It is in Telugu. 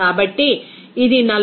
కాబట్టి ఇది 45